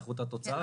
על איכות התוצאה.